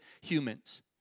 humans